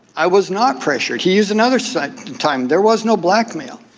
i was not pressured. he used another set time. there was no blackmail.